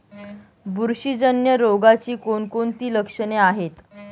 बुरशीजन्य रोगाची कोणकोणती लक्षणे आहेत?